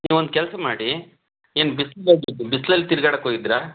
ನೀವೊಂದು ಕೆಲಸ ಮಾಡಿ ಏನು ಬಿಸಿಲಲ್ಲಿ ಬಿಸ್ಲಲ್ಲಿ ತಿರ್ಗಾಡಕ್ಕೆ ಹೋಗಿದ್ರಾ